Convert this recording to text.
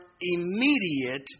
immediate